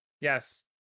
yes